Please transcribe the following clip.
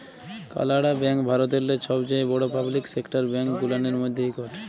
কালাড়া ব্যাংক ভারতেল্লে ছবচাঁয়ে বড় পাবলিক সেকটার ব্যাংক গুলানের ম্যধে ইকট